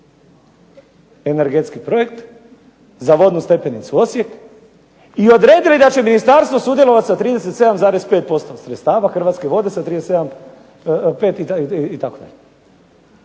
energetski projekt, za vodnu stepenicu Osijek i odredili da će ministarstvo sudjelovat sa 37,5% sredstava, Hrvatske vode sa 37,5 itd., a